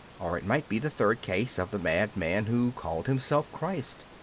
or it might be the third case, of the madman who called himself christ.